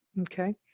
Okay